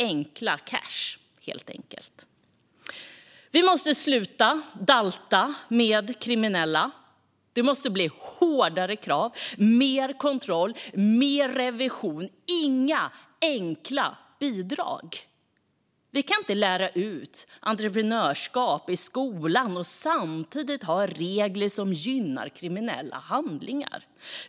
Enkla cash, helt enkelt. Vi måste sluta att dalta med kriminella. Det måste bli hårdare krav, mer kontroll, mer revision och inga enkla bidrag. Vi kan inte lära ut entreprenörskap i skolan och samtidigt ha regler som gynnar kriminella handlingar.